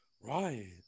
Right